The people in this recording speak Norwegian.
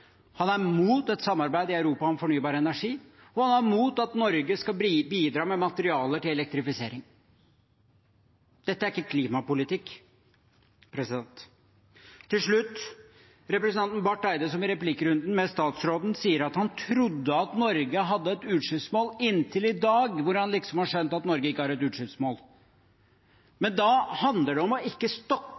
han mot et samarbeid i Europa om fornybar energi, og han er mot at Norge skal bidra med materialer til elektrifisering. Dette er ikke klimapolitikk. Til slutt til representanten Barth Eide, som i replikkrunden med statsråden sier at han trodde at Norge hadde et utslippsmål, inntil i dag, hvor han liksom har skjønt at Norge ikke har et utslippsmål. Men da handler det om ikke å